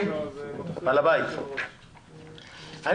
אני